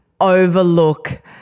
overlook